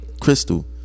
Crystal